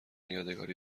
یادگاری